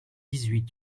huit